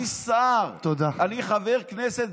אני שר, אני חבר כנסת.